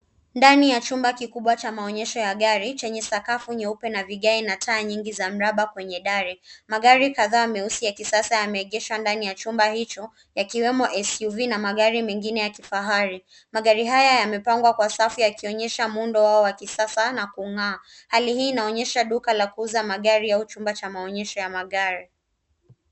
Ndani ya chumba kikubwa cha maonyesho ya magari chenye sakafu nyeupe na vigae na taa nyingi za mraba kwenye dari .Magari kadhaa meusi ya kisasa yameegeshwa ndani ya chumba hicho yakiwemo SUV na magari mengine ya kifahari. Magari haya yamepangwa kwa safu yakionyesha muundo wao wa kisasa na kung'aa .Hali hii inaonyesha duka la kuuza magari au chumba cha maonyesho ya magari.